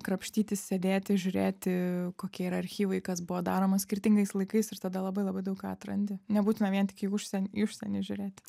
krapštytis sėdėti žiūrėti kokie yra archyvai kas buvo daroma skirtingais laikais ir tada labai labai daug ką atrandi nebūtina vien tik į užsienį į užsienį žiūrėti